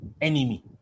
enemy